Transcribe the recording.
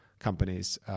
companies